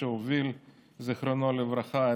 זיכרונו לברכה,